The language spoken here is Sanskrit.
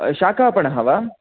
शाकापणः वा